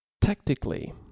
tactically